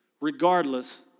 regardless